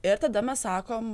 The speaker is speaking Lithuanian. ir tada mes sakom